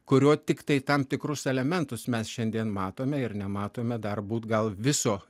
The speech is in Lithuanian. kurio tiktai tam tikrus elementus mes šiandien matome ir nematome dar būt gal viso